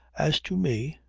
as to me.